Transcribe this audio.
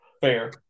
Fair